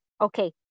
Okay